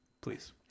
Please